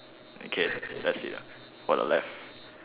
okay that's it for the left